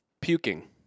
Puking